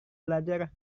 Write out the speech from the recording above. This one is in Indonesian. belajar